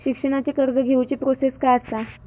शिक्षणाची कर्ज घेऊची प्रोसेस काय असा?